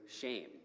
shame